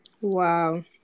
Wow